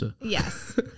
Yes